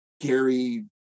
gary